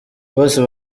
bose